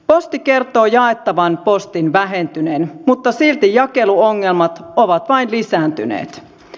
posti kertoo jaettavan postin vähentyneen mutta silti jakeluongelmat ovat vain lisääntyneet